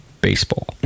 baseball